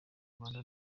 rwanda